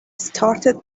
started